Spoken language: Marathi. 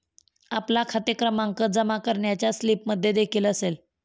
आपला खाते क्रमांक जमा करण्याच्या स्लिपमध्येदेखील असेल